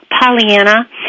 Pollyanna